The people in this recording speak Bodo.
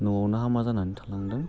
न'आवनो हामा जानानै थालांदों